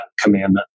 commandment